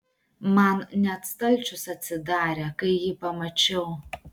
man net stalčius atsidarė kai jį pamačiau